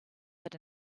but